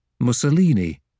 Mussolini